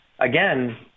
Again